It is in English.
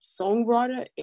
songwriter